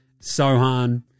Sohan